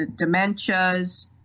dementias